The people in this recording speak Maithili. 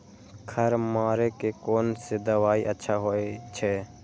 खर मारे के कोन से दवाई अच्छा होय छे?